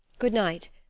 good night.